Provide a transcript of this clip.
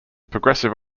progressive